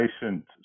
patient